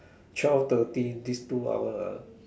twelve thirty this two hours ah